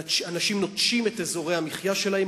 אנשים נוטשים את אזורי המחיה שלהם,